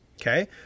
Okay